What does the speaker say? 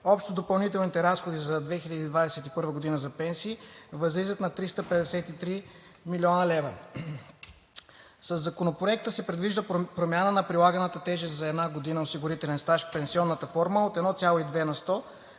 Общо допълнителните разходи за 2021 г. за пенсии възлизат на 353 000,0 хил. лв. Със Законопроекта се предвижда промяна на прилаганата тежест за една година осигурителен стаж в пенсионната формула от 1,2 на сто